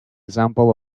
example